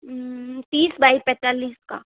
तीस बाई पैंतालीस का